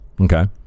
Okay